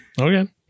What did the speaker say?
Okay